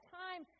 time